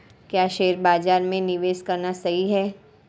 क्या शेयर बाज़ार में निवेश करना सही है?